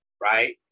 right